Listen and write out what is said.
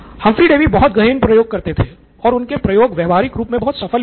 Humphry Davy बहुत गहन प्रयोग करते थे और उनके प्रयोग व्यवहारिक रूप में बहुत सफल भी रहे